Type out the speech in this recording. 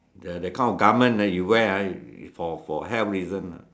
the the kind of garment ah you wear ah for for health reasons ah